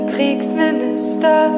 Kriegsminister